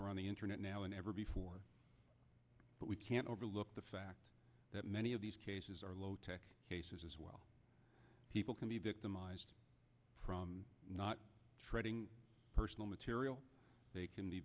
are on the internet now and ever before but we can't overlook the fact that many of these cases are low tech cases as well people can be victimized from not trading personal material they can be